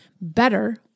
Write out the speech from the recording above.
better